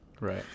right